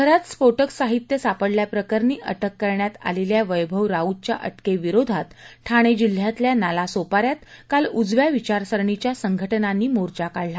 घरात स्फोटक साहित्य सापडल्याप्रकणी अटक करण्यात आलेल्या वैभव राऊतच्या अटके विरोधात ठाणे जिल्ह्यातल्या नालासोपाऱ्यात काल उजव्या विचारसरणीच्या संघटनांनी मोर्चा काढला